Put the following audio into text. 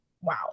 wow